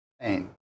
pain